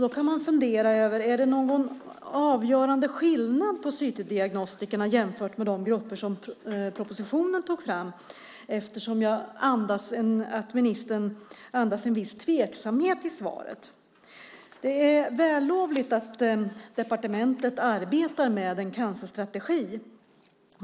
Då kan man fundera på om det är någon avgörande skillnad mellan cytodiagnostikerna och de grupper som togs fram i propositionen. Jag tycker nämligen att svaret från ministern andas en viss tveksamhet. Det är vällovligt att departementet arbetar med en cancerstrategi.